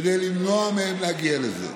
כדי למנוע מהם להגיע לזה.